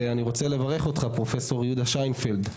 אני מברך אותך פרופ' יהודה שינפלד,